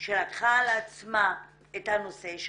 שלקחה על עצמה את הנושא של